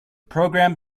program